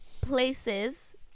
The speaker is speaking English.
places